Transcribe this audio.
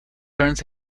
turns